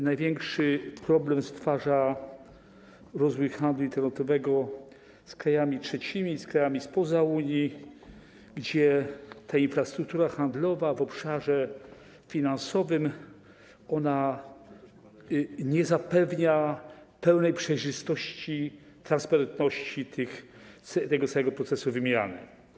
Największy problem stwarza rozwój handlu internetowego z krajami trzecimi, z krajami spoza Unii, gdzie infrastruktura handlowa w obszarze finansowym nie zapewnia pełnej przejrzystości, transparentności całego procesu wymiany.